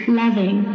loving